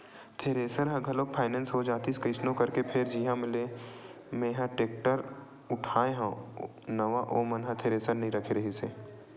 thresher ह घलोक finance हो जातिस कइसनो करके फेर जिहाँ ले मेंहा टेक्टर उठाय हव नवा ओ मन ह थेरेसर नइ रखे रिहिस हे